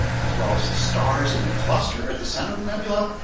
as well as the stars in the cluster at the center of the nebula.